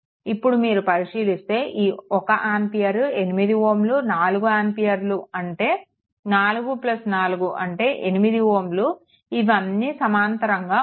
ఇక్కడ మీరు పరిశీలిస్తే ఈ 1 ఆంపియర్ 8 Ω 4 ఆంపియర్లు మరియు ఈ 44 అంటే 8 Ω ఇవి అన్నీ సమాంతరంగా ఉన్నాయి